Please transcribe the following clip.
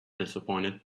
disappointed